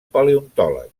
paleontòlegs